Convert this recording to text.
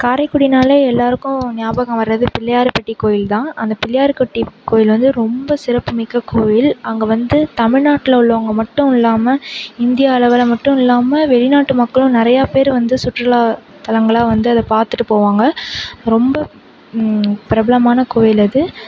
காரைக்குடினாலே எல்லாருக்கும் ஞாபகம் வருறது பிள்ளையார்பட்டி கோயில் தான் அந்த பிள்ளையார்பட்டி கோயில் வந்து ரொம்ப சிறப்புமிக்க கோயில் அங்கே வந்து தமிழ்நாட்டில் உள்ளவங்க மட்டும் இல்லாமல் இந்தியா அளவில் மட்டும் இல்லாமல் வெளிநாட்டு மக்களும் நிறைய பேர் வந்து சுற்றுலா தலங்களாக வந்து அதை பார்த்துட்டு போவாங்க ரொம்ப பிரபலமான கோயில் அது